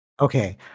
Okay